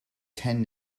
ten